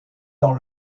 dans